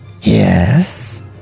Yes